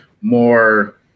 more –